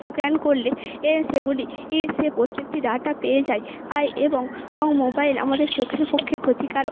scan করলে এর সেগুলির সে প্রত্যেকটি ডাটা পেয়ে যায় আর এবং ও মোবাইল আমাদের চোখের পক্ষে ক্ষতিকারক